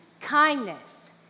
kindness